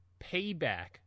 Payback